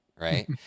right